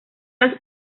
las